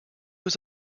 was